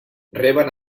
reben